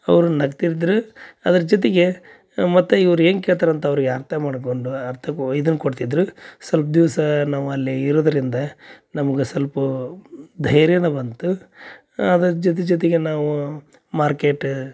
ಅವರು ನಗ್ತಿದ್ರು ಅದ್ರ ಜೊತೆಗೆ ಮತ್ತು ಇವ್ರು ಏನು ಕೇಳ್ತಾರೆ ಅಂತ ಅವ್ರಿಗೆ ಅರ್ಥ ಮಾಡಿಕೊಂಡು ಅರ್ಥ ಇದನ್ನು ಕೊಡ್ತಿದ್ದರು ಸೊಲ್ಪ ದಿವ್ಸ ನಾವು ಅಲ್ಲಿ ಇರುದರಿಂದ ನಮ್ಗೆ ಸಲ್ಪ ಧೈರ್ಯನೂ ಬಂತು ಅದ್ರ್ ಜೊತೆ ಜೊತೆಗೆ ನಾವು ಮಾರ್ಕೆಟ